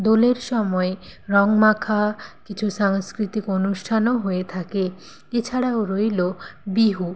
দোলের সময় রঙ মাখা কিছু সাংস্কৃতিক অনুষ্ঠানও হয়ে থাকে এছাড়াও রইলো বিহু